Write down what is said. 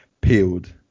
peeled